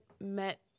met